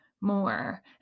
more